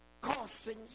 costing